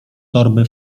torby